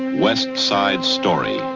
west side story